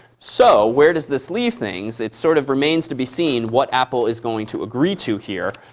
so where does this leave things? it sort of remains to be seen what apple is going to agree to here.